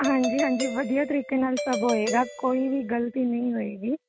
ਹਾਂਜੀ ਹਾਂਜੀ ਵਧੀਆ ਤਰੀਕੇ ਨਾਲ ਸਭ ਹੋਏਗਾ ਕੋਈ ਵੀ ਗਲਤੀ ਨਈਂ ਹੋਏਗੀ